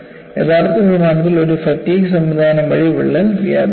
യഥാർത്ഥ വിമാനത്തിൽ ഒരു ഫാറ്റിഗ് സംവിധാനം വഴി വിള്ളൽ വ്യാപിക്കുന്നു